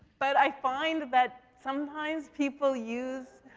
but i find that sometimes people use